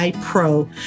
Pro